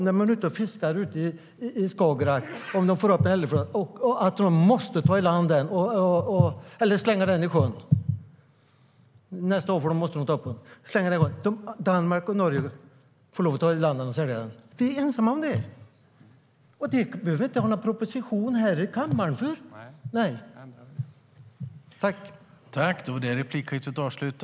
Om svenska fiskare får upp en hälleflundra när man fiskar i Skagerack måste man slänga den i sjön. Fiskare från Danmark eller Norge kan ta den i land och sälja den. Vi är ensamma om den regeln, och det behöver vi inte lägga fram en proposition här i kammaren för att ändra på.